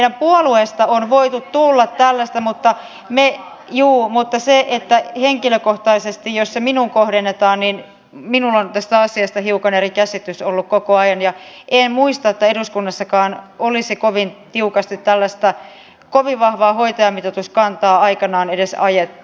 meidän puolueesta on voinut tulla tällaista mutta jos se minuun henkilökohtaisesti kohdennetaan niin minulla on tästä asiasta hiukan eri käsitys ollut koko ajan ja en muista että eduskunnassakaan olisi kovin tiukasti tällaista kovin vahvaa hoitajamitoituskantaa aikanaan edes ajettu